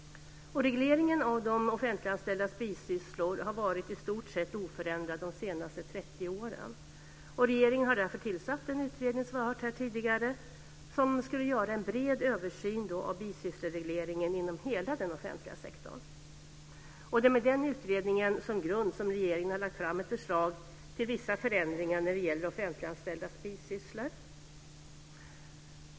Regleringen av de offentliganställdas bisysslor har varit i stort sett oförändrad de senaste 30 åren. Regeringen har därför tillsatt en utredning, som vi hört här tidigare, som skulle göra en bred översyn av bisyssleregleringen inom hela den offentliga sektorn. Det är med den utredningen som grund som regeringen har lagt fram ett förslag till vissa förändringar när det gäller offentliganställdas bisysslor.